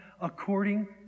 according